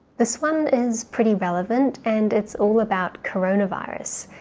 this one is pretty relevant and it's all about coronavirus.